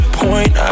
point